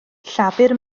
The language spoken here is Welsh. llafur